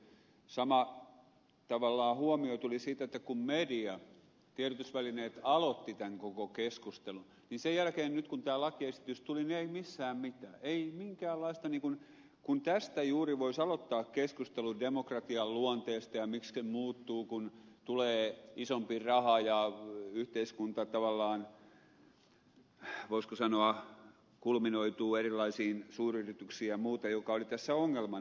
sama tavallaan huomio tuli siitä että kun media tiedotusvälineet aloitti tämän koko keskustelun niin sen jälkeen nyt kun tämä lakiesitys tuli niin ei missään mitään ei minkäänlaista kun tästä juuri voisi aloittaa keskustelun demokratian luonteesta ja miksi se muuttuu kun tulee isompi raha ja yhteiskunta tavallaan voisiko sanoa kulminoituu erilaisiin suuryrityksiin ja muuten mikä oli tässä ongelmana